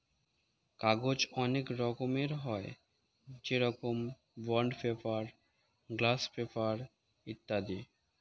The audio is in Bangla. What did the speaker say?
কাগজ অনেক রকমের হয়, যেরকম বন্ড পেপার, গ্লাস পেপার ইত্যাদি